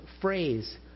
phrase